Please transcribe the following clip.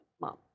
Mom